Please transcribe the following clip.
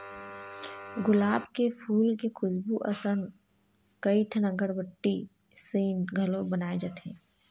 गुलाब के फूल के खुसबू असन कइठन अगरबत्ती, सेंट घलो बनाए जाथे